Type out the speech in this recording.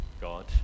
God